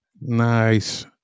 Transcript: Nice